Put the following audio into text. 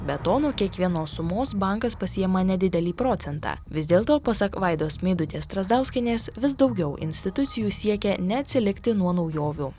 be to nuo kiekvienos sumos bankas pasiima nedidelį procentą vis dėlto pasak vaidos meidutės strazdauskienės vis daugiau institucijų siekia neatsilikti nuo naujovių